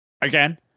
Again